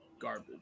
garbage